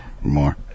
more